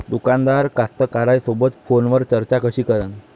दुकानदार कास्तकाराइसोबत फोनवर चर्चा कशी करन?